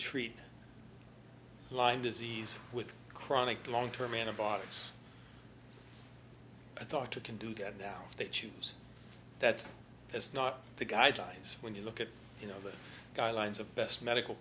treat lyme disease with chronic long term antibiotics i talk to can do get now if they choose that that's not the guy dies when you look at you know the guidelines of best medical